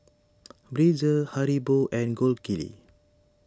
Breezer Haribo and Gold Kili